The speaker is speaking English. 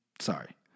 sorry